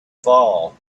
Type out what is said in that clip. fall